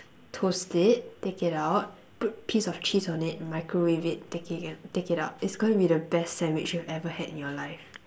toast it take it out put piece of cheese on it and microwave it take it in take it out it's gonna be the best sandwich you've ever had in your life